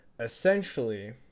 essentially